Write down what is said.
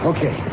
Okay